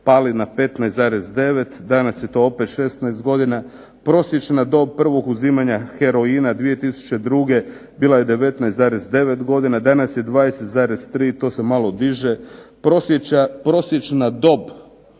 pali na 15,9, danas je to opet 16 godina. Prosječna dob prvog uzimanja heroina 2002. bila je 19,9 godina, danas je 20,3, to se malo diže. Prosječna dob